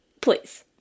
please